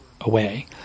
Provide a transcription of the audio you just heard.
away